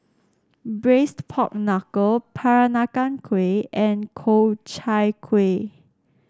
Braised Pork Knuckle Peranakan Kueh and Ku Chai Kuih